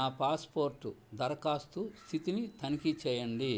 నా పాస్పోర్టు దరఖాస్తు స్థితిని తనిఖీ చేయండి